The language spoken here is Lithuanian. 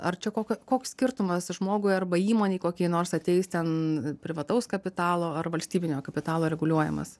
ar čia kokio koks skirtumas žmogui arba įmonei kokiai nors ateis ten privataus kapitalo ar valstybinio kapitalo reguliuojamas